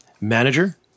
Manager